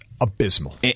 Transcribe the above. Abysmal